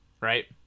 right